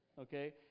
Okay